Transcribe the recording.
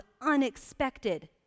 unexpected